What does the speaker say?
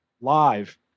live